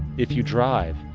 if you drive,